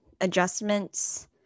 adjustments